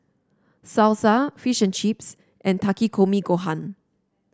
Salsa Fish and Chips and Takikomi Gohan